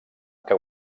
que